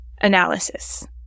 analysis